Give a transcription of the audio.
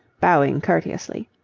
bowing courteously,